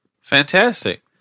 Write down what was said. Fantastic